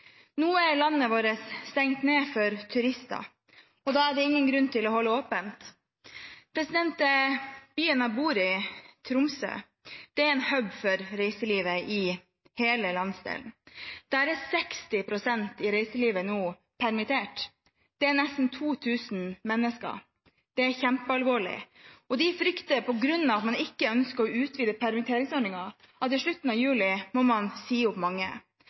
Nå er landet vårt stengt ned for turister, og da er det ingen grunn til å holde åpent. Byen jeg bor i, Tromsø, er en hub for reiselivet i hele landsdelen. Der er 60 pst. i reiselivsnæringen nå permittert. Det er nesten 2 000 mennesker. Det er kjempealvorlig. På grunn av at man ikke ønsker å utvide permitteringsordningen, frykter de at de i slutten av juli må si opp mange.